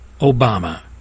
Obama